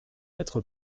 être